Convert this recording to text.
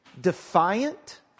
defiant